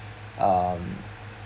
um